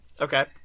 okay